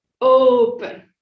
open